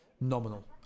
nominal